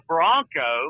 Bronco